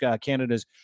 canada's